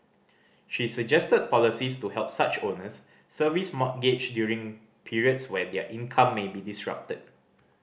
she suggested policies to help such owners service mortgage during periods where their income may be disrupted